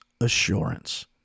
assurance